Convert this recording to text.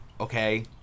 okay